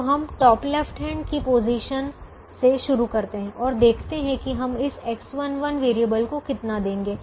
तो हम top left hand की पोजीशन से शुरू करते हैं और देखते हैं कि हम इस X11 वेरिएबल को कितना देते हैं